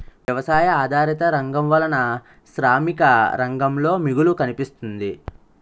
వ్యవసాయ ఆధారిత రంగం వలన శ్రామిక రంగంలో మిగులు కనిపిస్తుంది